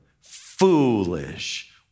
foolish